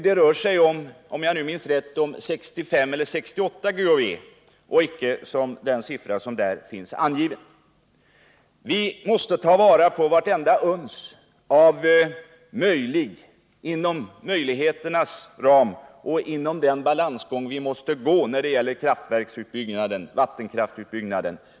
Det rör sig — ifall jag minns rätt — om 65 eller 68 GWh och inte om det tal som anges i betänkandet. Vi måste ta vara på vartenda uns som det ligger inom möjligheternas gräns att ta till vara med hänsyn till den balansgång vi får lov att gå när det gäller vattenkraftsutbyggnaden.